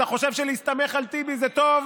אתה חושב שלהסתמך על טיבי זה טוב?